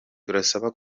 turasaba